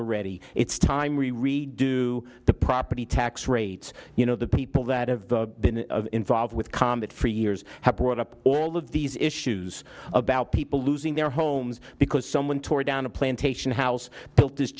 a ready it's time we redo the property tax rates you know the people that have been involved with comet for years have brought up all of these issues about people losing their homes because someone tore down a plantation house built this